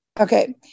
Okay